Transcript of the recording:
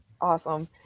Awesome